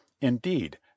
indeed